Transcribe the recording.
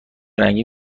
رنگی